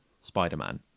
Spider-Man